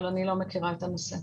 אבל אני לא מכירה את הנושא.